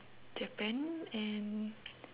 japan and